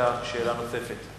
אתה זכאי לשאלה נוספת.